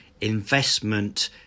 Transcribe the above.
investment